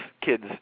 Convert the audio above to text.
kids